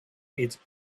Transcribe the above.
eats